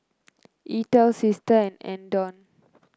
Eathel Sister and Andon